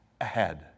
ahead